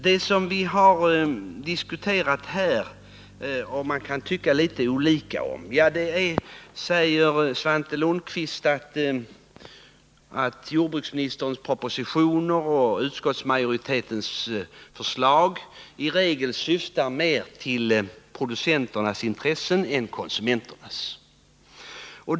Det som vi har diskuterat här och som man kan tycka litet olika om är, säger Svante Lundkvist, frågan huruvida jordbruksministerns proposition och utskottsmajoritetens förslag syftar mer till producenternas än till konsumenternas intressen.